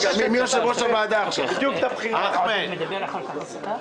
שענה לי במכתב ובפירוש כתב שמדובר פה באפליה.